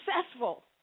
successful